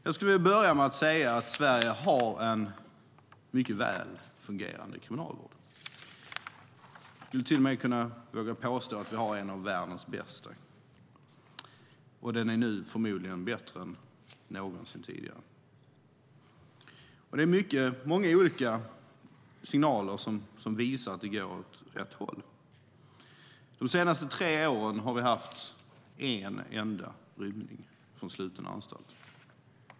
Jag vill börja med att säga att Sverige har en mycket väl fungerande kriminalvård. Jag skulle till och med våga påstå att vi har en av världens bästa. Den är nu förmodligen bättre än någonsin tidigare. Det är många olika signaler som visar att det går åt rätt håll. De senaste tre åren har vi haft en enda rymning från sluten anstalt.